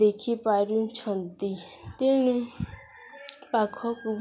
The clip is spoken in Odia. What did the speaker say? ଦେଖିପାରୁଛନ୍ତି ତେଣୁ ପାଖକୁ